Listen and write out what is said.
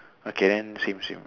okay then same same